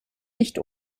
nicht